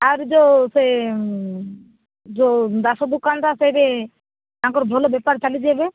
ଆରେ ଯେଉଁ ସେ ଯେଉଁ ଦାସ ଦୋକାନଟା ସେଇଠି ତାଙ୍କର ଭଲ ବେପାର ଚାଲିଛି ଏବେ